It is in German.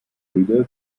hybride